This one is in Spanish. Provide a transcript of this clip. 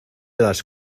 das